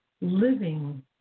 living